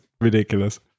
ridiculous